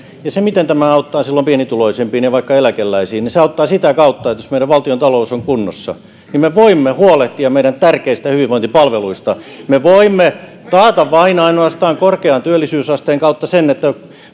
ja miten tämä auttaa silloin pienituloisimpia ja vaikka eläkeläisiä se auttaa sitä kautta että jos meidän valtiontalous on kunnossa niin me voimme huolehtia meidän tärkeistä hyvinvointipalveluistamme me voimme taata vain ja ainoastaan korkean työllisyysasteen kautta sen että